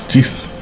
Jesus